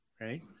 right